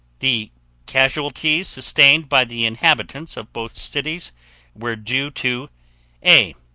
the casualties sustained by the inhabitants of both cities were due to a.